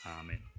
Amen